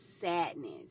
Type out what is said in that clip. sadness